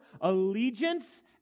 allegiance